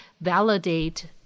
validate